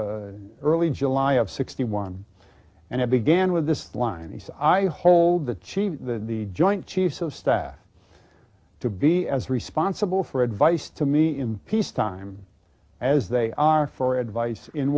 early july of sixty one and i began with this line he said i hold the chief the joint chiefs of staff to be as responsible for advice to me in peacetime as they are for advice in